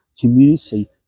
community